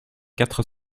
quatre